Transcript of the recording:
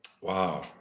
Wow